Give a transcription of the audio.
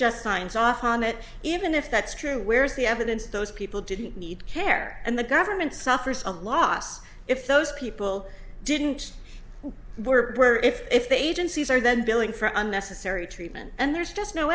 just signed off on it even if that's true where's the evidence those people didn't need care and the government suffered a loss if those people didn't were if the agencies are then billing for unnecessary treatment and there's just no